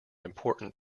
important